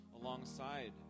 alongside